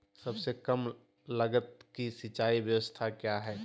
सबसे कम लगत की सिंचाई ब्यास्ता क्या है?